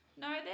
No